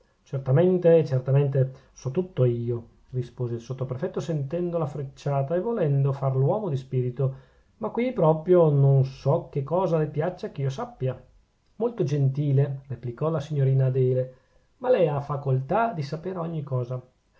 certamente certamente so tutto io rispose il sottoprefetto sentendo la frecciata e volendo far l'uomo di spirito ma qui proprio non so che cosa le piaccia che io sappia molto gentile replicò la signorina adele ma lei ha facoltà di sapere ogni cosa